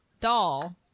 doll